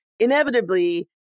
Inevitably